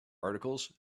articles